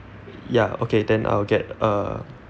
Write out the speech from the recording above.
ya okay then I will get uh